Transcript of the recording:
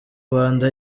rwanda